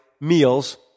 meals